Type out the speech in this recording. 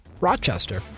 Rochester